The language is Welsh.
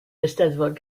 eisteddfod